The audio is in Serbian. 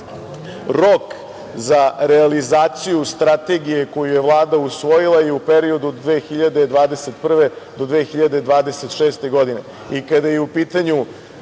Rok za realizaciju strategiju koju je Vlada usvojila je u periodu od 2021. do 2026. godine. Kada